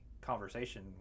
conversation